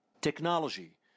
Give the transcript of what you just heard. technology